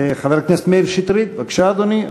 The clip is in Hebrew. חבר הכנסת מאיר שטרית, בבקשה, אדוני.